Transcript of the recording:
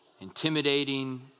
intimidating